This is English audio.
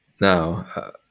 now